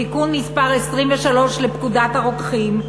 תיקון מס' 23 לפקודת הרוקחים,